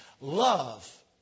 Love